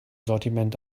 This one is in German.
sortiment